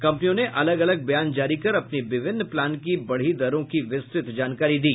कम्पनियों ने अलग अलग बयान जारी कर अपनी विभिन्न प्लान की बढ़ी दरों की विस्तृत जानकारी दी